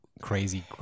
crazy